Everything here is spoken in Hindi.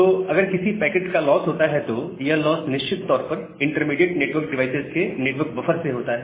तो अगर किसी पैकेट का लॉस होता है तो यह लॉस निश्चित तौर पर इंटरमीडिएट नेटवर्क डिवाइसेज के नेटवर्क बफर से होता है